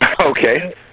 okay